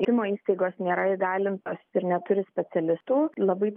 tyrimo įstaigos nėra įgalintos ir neturi specialistų labai